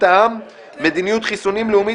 רווחי שיווק בתוצרת